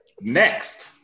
Next